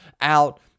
out